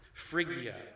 Phrygia